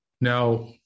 Now